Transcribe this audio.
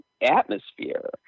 atmosphere